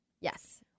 yes